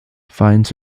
finds